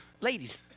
ladies